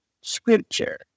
scripture